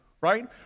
right